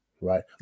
right